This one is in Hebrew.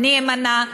אני אמנע,